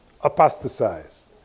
apostatized